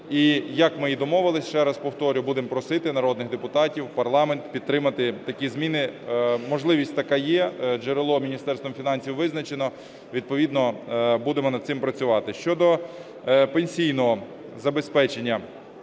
І як ми і домовилися, ще раз повторю, будемо просити народних депутатів, парламент підтримати такі зміни. Можливість така є, джерело Міністерством фінансів визначено, відповідно будемо над цим працювати. Щодо пенсійного забезпечення.